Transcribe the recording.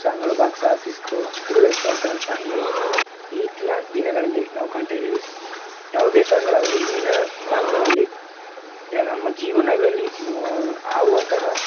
ಸಾಂಗ್ಗಳು ಬಾಕ್ಸ್ ಆಫ್ಸಿದು ಧೂಳು ಎಬ್ಬಿಸುವಂಥ ಸಾಂಗ್ಗಳು ಈತ್ನ ದಿನಗಳಲ್ಲಿ ನಾವು ಕಾಣ್ತಾಯಿದ್ದೀವಿ ಯಾವುದೇ ಸಾಂಗ್ಗಳಾದ್ರೂ ಹಿಂದಿನ ಸಾಂಗ್ಗಳಲ್ಲಿ ನಮ್ಮ ಜೀವನದಲ್ಲಿ ಆಗುವಂತಹ